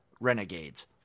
Renegades